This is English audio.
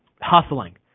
hustling